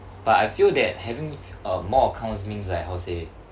but I feel that having uh more accounts means like how to say